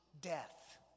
death